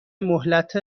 مهلت